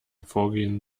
vorgehen